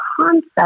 concept